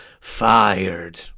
fired